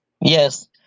Yes